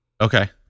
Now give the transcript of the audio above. Okay